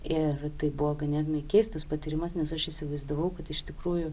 ir tai buvo ganėtinai keistas patyrimas nes aš įsivaizdavau kad iš tikrųjų